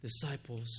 disciples